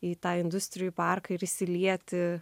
į tą industrijų parką ir įsilieti